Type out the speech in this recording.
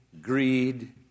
greed